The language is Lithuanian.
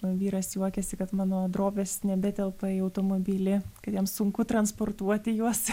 o vyras juokiasi kad mano drobės nebetelpa į automobilį kad jam sunku transportuoti juos